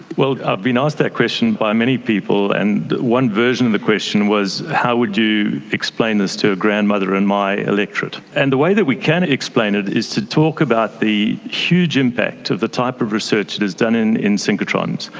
well, i've been asked that question by many people, and one version of the question was how would you explain this to a grandmother in my electorate? and the way that we can explain it is to talk about the huge impact of the type of research that is done in in synchrotrons,